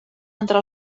entre